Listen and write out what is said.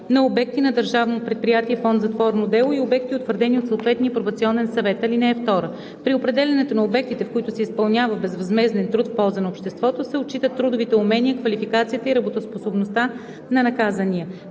затворно дело“ и обекти, утвърдени от съответния пробационен съвет. (2) При определянето на обектите, в които се изпълнява безвъзмезден труд в полза на обществото, се отчитат трудовите умения, квалификацията и работоспособността на наказания.